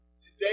today